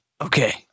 Okay